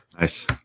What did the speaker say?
Nice